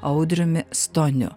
audriumi stoniu